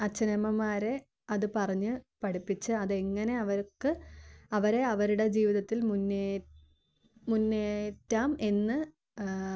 അച്ഛനമ്മമാരെ അതു പറഞ്ഞു പഠിപ്പിച്ച് അതെങ്ങനെ അവർക്ക് അവരെ അവരുടെ ജീവിതത്തിൽ മുന്നേ മുന്നേറ്റാം എന്ന്